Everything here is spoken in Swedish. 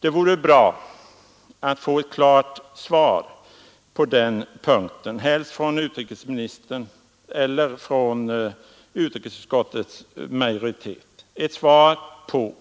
Det vore bra att få ett klart svar på den punkten, helst från utrikesministern eller från utrikesutskottets majoritet, om